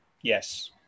yes